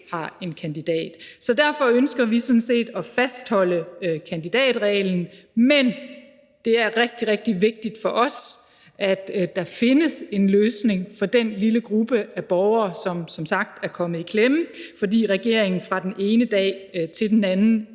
er rimeligt. Så derfor ønsker vi sådan set at fastholde kandidatreglen. Men det er rigtig, rigtig vigtigt for os, at der findes en løsning for den lille gruppe af borgere, der som sagt er kommet i klemme, fordi regeringen fra den ene dag til den anden